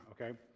Okay